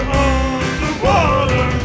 underwater